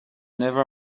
never